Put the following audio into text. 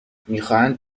میخواهند